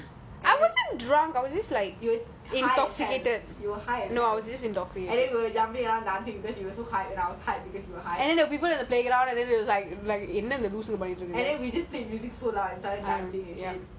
ya then we came back and I I waited for you to come back and then you came back all drunk and then you were high as hell high as hell and then we were jumping around dancing because you were too high and I was high with you